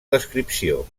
descripció